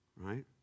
right